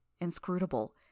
inscrutable